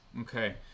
Okay